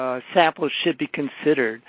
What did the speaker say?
ah samples should be considered,